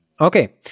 Okay